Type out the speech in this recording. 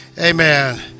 amen